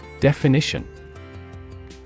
Definition